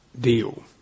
deal